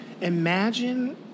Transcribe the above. imagine